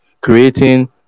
creating